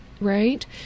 right